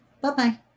Bye-bye